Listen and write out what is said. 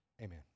Amen